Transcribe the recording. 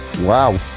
Wow